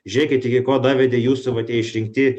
žiūrėkit iki ko davedė jūsų vat tie išrinkti